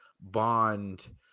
bond